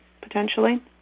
potentially